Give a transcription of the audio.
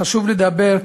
חשוב לדבר,